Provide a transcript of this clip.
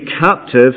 captive